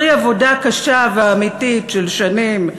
פרי עבודה קשה ואמיתית של שנים,